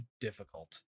difficult